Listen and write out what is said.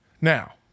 Now